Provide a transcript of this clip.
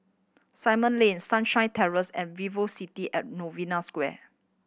Simon Lane Sunshine Terrace and Velocity at Novena Square